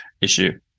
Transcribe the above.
issue